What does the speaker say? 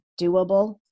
doable